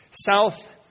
South